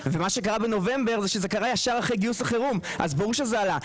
מה שקרה בנובמבר זה קרה ישר אחרי גיוס החירום אז ברור שזה עלה.